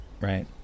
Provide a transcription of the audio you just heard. right